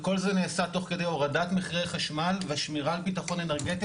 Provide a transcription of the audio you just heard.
וכל זה נעשה תוך כדי הורדת מחירי חשמל והשמירה על ביטחון אנרגטי,